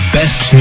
best